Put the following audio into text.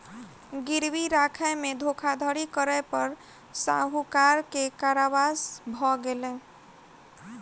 गिरवी राखय में धोखाधड़ी करै पर साहूकार के कारावास भ गेलैन